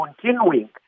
continuing